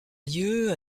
lieux